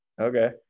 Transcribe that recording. Okay